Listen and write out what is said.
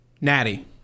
Natty